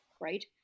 right